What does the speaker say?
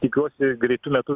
tikiuosi greitu metu